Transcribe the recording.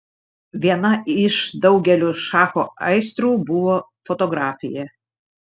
viena iš daugelio šacho aistrų buvo fotografija